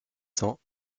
cents